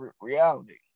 reality